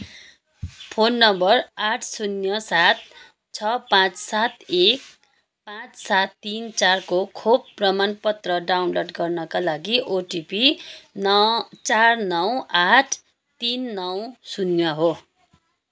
phone number आठ शून्य सात छ पाँच सात एक पाँच सात तिन चारको खोप प्रमाणपत्र डाउनलोड गर्नाका लागि ओटिपी नौ चार नौ आठ तिन नौ शून्य हो